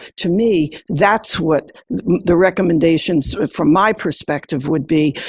to me, that's what the recommendations from my perspective would be,